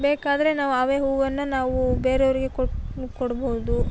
ಬೇಕಾದರೆ ನಾವು ಅವೇ ಹೂವನ್ನು ನಾವು ಬೇರೆಯವರಿಗೆ ಕೊಟ್ಟು ಕೊಡ್ಬೋದು